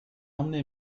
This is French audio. emmené